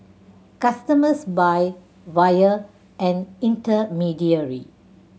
customers buy via an intermediary